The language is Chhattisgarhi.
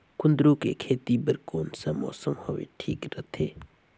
कुंदूरु के खेती बर कौन सा मौसम हवे ठीक रथे?